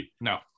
No